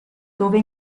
dove